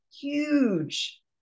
huge